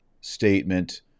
statement